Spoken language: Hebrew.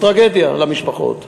הוא טרגדיה למשפחות.